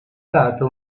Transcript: stato